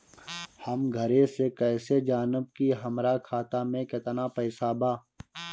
हम घरे से कैसे जानम की हमरा खाता मे केतना पैसा बा?